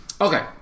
Okay